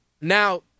Now